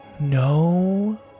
No